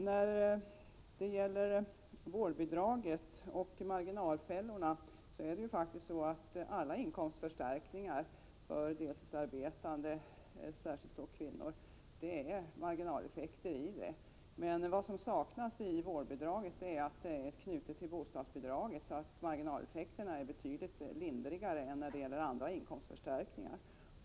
När det gäller vårdbidraget och marginalfällorna ligger det marginaleffekter i alla inkomstförstärkningar för deltidsarbetande och då särskilt kvinnor. En brist i vårdbidraget är att det är knutet till bostadsbidraget så att marginaleffekterna är betydligt lindrigare än när det gäller andra inkomstförstärkningar.